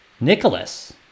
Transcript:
Nicholas